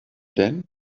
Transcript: then